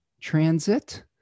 transit